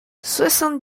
soixante